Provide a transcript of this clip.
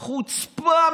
חוצפה.